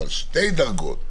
אבל שתי דרגות,